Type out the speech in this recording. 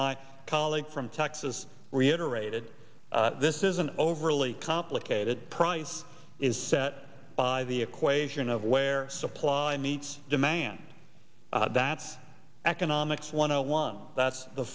my colleague from texas reiterated this is an overly complicated price is set by the equation of where supply meets demand that's economics one hundred one that's the